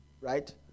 right